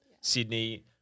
Sydney